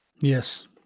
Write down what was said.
yes